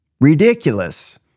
ridiculous